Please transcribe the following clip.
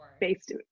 based